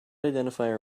identifier